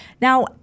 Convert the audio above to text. Now